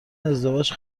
ازدواج